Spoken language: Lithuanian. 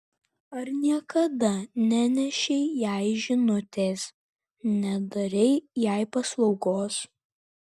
ar niekada nenešei jai žinutės nedarei jai paslaugos